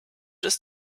ist